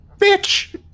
bitch